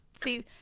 See